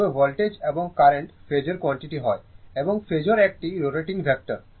তবে ভোল্টেজ এবং current phasor quantity হয় এবং ফেজোর একটি রোটেটিং ভেক্টর